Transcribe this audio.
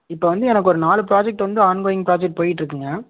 இப்போ வந்து எனக்கு ஒரு நாலு ப்ராஜெக்ட் வந்து ஆன்கோயிங் ப்ராஜெக்ட் போயிட்டிருக்குங்க